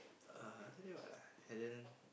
uh after that what ah and then